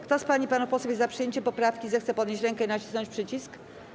Kto z pań i panów posłów jest za przyjęciem poprawki, zechce podnieść rękę i nacisnąć przycisk.